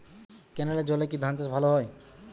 ক্যেনেলের জলে কি ধানচাষ ভালো হয়?